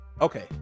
Okay